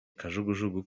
kajugujugu